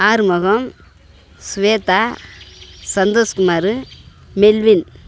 Arumugam Swetha Santhoshkumar Melville